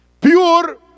Pure